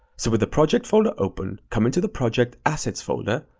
so with the project folder open, come into the project assets folder,